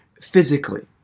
physically